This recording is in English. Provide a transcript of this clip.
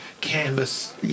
canvas